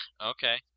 Okay